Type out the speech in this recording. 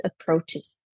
approaches